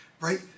right